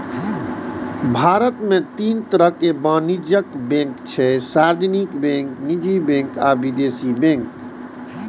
भारत मे तीन तरहक वाणिज्यिक बैंक छै, सार्वजनिक बैंक, निजी बैंक आ विदेशी बैंक